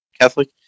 Catholic